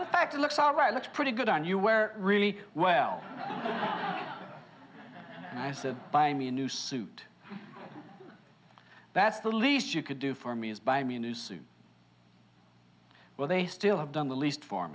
suspect it looks all right looks pretty good on you wear really well and i said buy me a new suit that's the least you could do for me is buy me a new suit well they still have done the least for